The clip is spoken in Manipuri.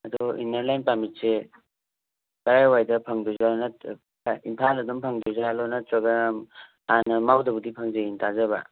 ꯑꯗꯣ ꯏꯟꯅꯔ ꯂꯥꯏꯟ ꯄꯥꯔꯃꯤꯠꯁꯦ ꯀꯔꯥꯏꯋꯥꯏꯗ ꯐꯪꯗꯣꯏꯖꯥꯠꯅꯣ ꯅꯠꯇ꯭ꯔꯒ ꯏꯝꯐꯥꯜꯗ ꯑꯗꯨꯝ ꯐꯪꯗꯣꯏꯖꯥꯠꯂꯣ ꯅꯠꯇ꯭ꯔꯒꯅ ꯍꯥꯟꯅ ꯃꯥꯎꯗꯕꯨꯗꯤ ꯐꯪꯖꯩꯅ ꯇꯥꯖꯕ